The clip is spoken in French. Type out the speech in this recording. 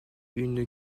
une